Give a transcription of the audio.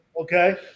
Okay